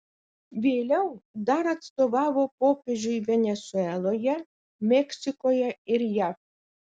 vėliau dar atstovavo popiežiui venesueloje meksikoje ir jav